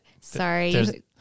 Sorry